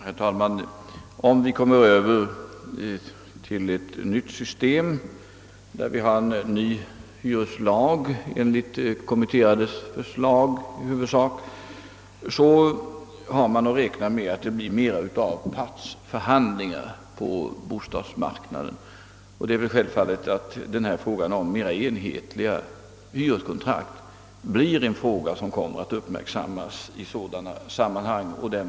Herr talman! Om vi kommer över till ett nytt system med en ny hyreslag i huvudsak enligt kommitterades förslag, kan vi räkna med att det på bostadsmarknaden kommer att i ökad utsträckning bli förhandlingar parterna emellan. Det är självfallet att frågan om mera enhetliga hyreskontrakt kommer att uppmärksammas i sådana sammanhang.